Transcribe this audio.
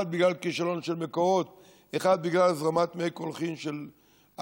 אחד בגלל כישלון של מקורות ואחד בגלל הזרמת מי קולחין של עזה,